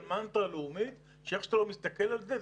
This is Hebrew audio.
מנטרה לאומית ואיך שאתה לא מסתכל על זה,